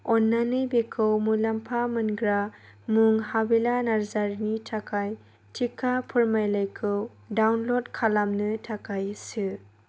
अन्नानै बेखौ मुलाम्फा मोनग्रा मुं हाबिला नार्जारिनि थाखाय थिखा फोरमाइलायखौ दाउनलड खालामनो थाखाय सो